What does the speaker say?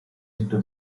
into